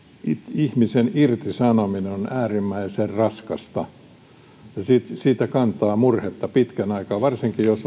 ihmisen irtisanominen on äärimmäisen raskasta ja siitä kantaa murhetta pitkän aikaa varsinkin jos